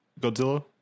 Godzilla